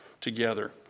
together